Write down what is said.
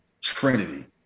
Trinity